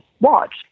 watch